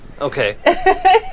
Okay